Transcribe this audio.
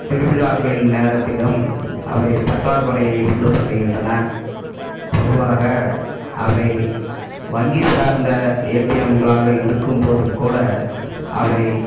திருவிழாக்களின் நேரத்திலும் அவை பற்றாகுறையை உண்டு பண்ணிகின்றன பொதுவாக அவை வங்கி சார்ந்த ஏடிஎம்களாக இருக்கும்போதும் கூட அவை